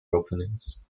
openings